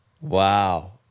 Wow